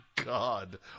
God